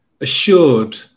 assured